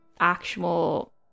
actual